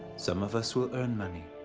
some of us will earn money,